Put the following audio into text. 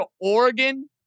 Oregon